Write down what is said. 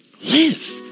live